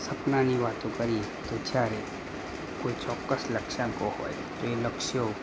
સપનાંની વાતું કરીએ તો જ્યારે કોઈ ચોક્કસ લક્ષ્યાંકો હોય તે લક્ષ્યો